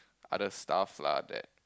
other stuffs lah that